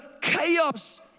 chaos